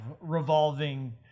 revolving